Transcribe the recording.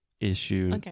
issue